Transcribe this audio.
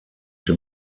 dem